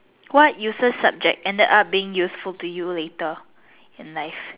what useless subject ended up being useful to you later in life